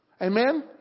Amen